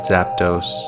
Zapdos